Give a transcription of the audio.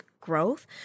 growth